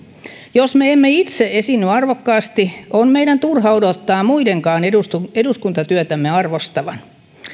jos me emme itse esiinny arvokkaasti on meidän turha odottaa muidenkaan eduskuntatyötämme arvostavan